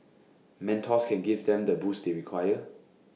mentors can give them the boost they require